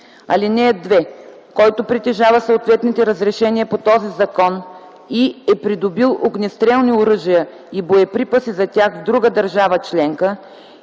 лв. (2) Който притежава съответните разрешения по този закон и е придобил огнестрелни оръжия и боеприпаси за тях в друга държава членка